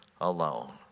alone